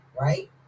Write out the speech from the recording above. right